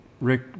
Rick